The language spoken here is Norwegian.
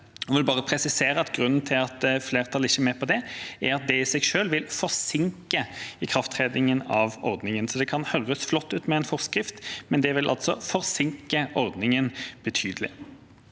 jeg vil bare presisere at grunnen til at flertallet ikke er med på det, er at det i seg selv vil forsinke ikrafttredelsen av ordningen. Det kan høres flott ut med en forskrift, men det vil altså forsinke ordningen betydelig.